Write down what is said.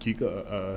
第一个 err